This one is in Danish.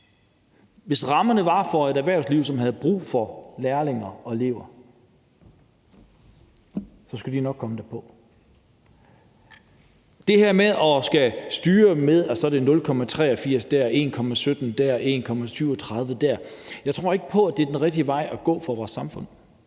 Hvis rammerne var der for et erhvervsliv, som havde brug for lærlinge og elever, så skulle de nok komme der. Det her med at skulle styre det, i forhold til at det er 0,83 der, 1,17 der og 1,37 der, tror jeg ikke på er den rigtige vej at gå for vores samfund.